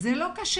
זה לא קשה.